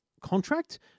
contract